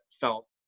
felt